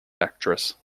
actress